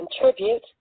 contribute